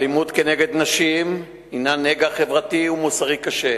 האלימות נגד נשים הינה נגע חברתי ומוסרי קשה.